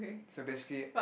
so basically